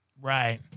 Right